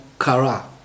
kara